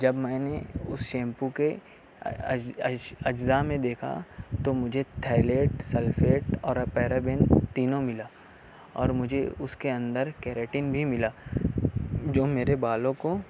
جب میں نے اس شیمپو کے اجزا میں دیکھا تو مجھے تھیلیڈ سلفیڈ اور پیرابن تینوں ملا اور مجھے اس کے اندر کیریٹنگ بھی ملا جو میرے بالوں کو